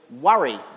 worry